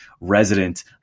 resident